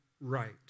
right